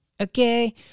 okay